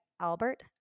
Albert